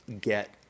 get